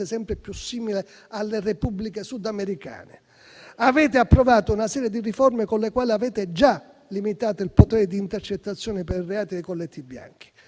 sempre più simile alle Repubbliche sudamericane. Avete approvato una serie di riforme con le quali avete già limitato il potere di intercettazione per i reati dei colletti bianchi.